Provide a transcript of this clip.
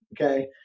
Okay